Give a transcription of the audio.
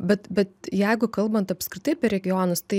bet bet jeigu kalbant apskritai apie regionus tai